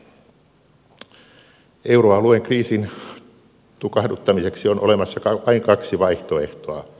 euroalueen kriisin tukahduttamiseksi on olemassa vain kaksi vaihtoehtoa